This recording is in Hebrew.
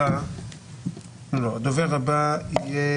הדוברת הבאה,